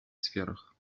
сферах